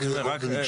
לפי קבוצות.